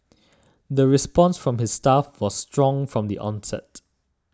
the response from his staff was strong from the onset